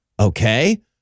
Okay